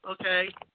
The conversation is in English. okay